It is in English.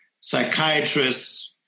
psychiatrists